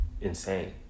insane